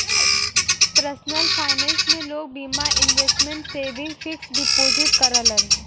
personal finance में लोग बीमा, इन्वेसमटमेंट, सेविंग, फिक्स डिपोजिट करलन